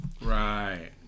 Right